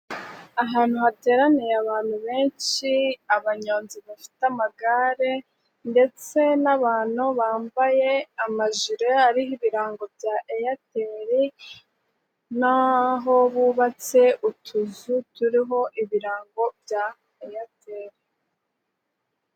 Ahantu hateraniye abantu benshi, abanyonzi bafite amagare ndetse n'abantu bambaye amajire, ariho ibirango bya Airtel, n'aho bubatse utuzu turiho ibirango bya Airtel.